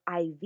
IV